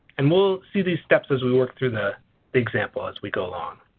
and we'll see these steps as we work through the example as we go along.